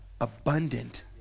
abundant